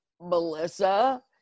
melissa